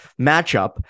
matchup